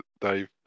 Dave